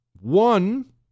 One